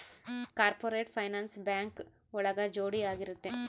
corporate finance bank ಒಳಗ ಜೋಡಿ ಆಗಿರುತ್ತೆ